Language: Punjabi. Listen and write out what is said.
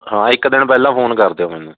ਹਾਂ ਇੱਕ ਦਿਨ ਪਹਿਲਾਂ ਫੋਨ ਕਰ ਦਿਓ ਮੈਨੂੰ